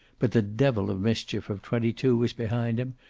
but the devil of mischief of twenty-two was behind him,